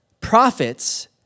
prophets